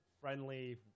friendly